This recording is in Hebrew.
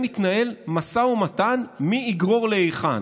ומתנהל עליהן משא ומתן מי יגרור להיכן.